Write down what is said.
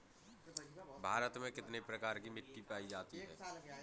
भारत में कितने प्रकार की मिट्टी पायी जाती है?